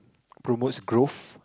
promotes growth